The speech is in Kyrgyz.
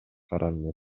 каранды